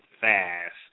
fast